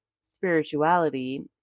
spirituality